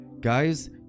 guys